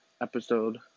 episode